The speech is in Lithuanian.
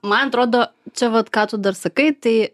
man atrodo čia vat ką tu dar sakai tai